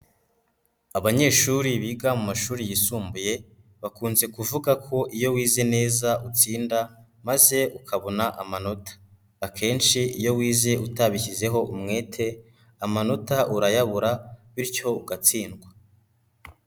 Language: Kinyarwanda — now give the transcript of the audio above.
Abanyeshuri biga mu mashuri yisumbuye, bakunze kuvuga ko iyo wize neza utsinda maze ukabona amanota, akenshi iyo wize utabishyizeho umwete, amanota urayabura, bityo ugatsindwa.